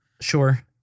Sure